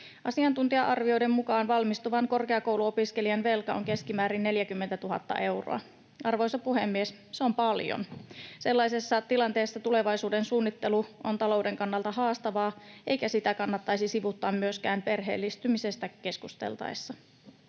Asiantuntija-arvioiden mukaan valmistuvan korkeakouluopiskelijan velka on keskimäärin 40 000 euroa. Arvoisa puhemies, se on paljon. Sellaisessa tilanteessa tulevaisuuden suunnittelu on talouden kannalta haastavaa, eikä sitä kannattaisi sivuuttaa myöskään perheellistymisestä keskusteltaessa.